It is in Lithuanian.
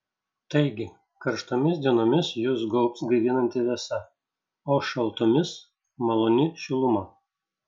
taigi karštomis dienomis jus gaubs gaivinanti vėsa o šaltomis maloni šiluma